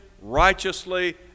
righteously